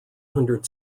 hundred